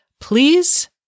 Please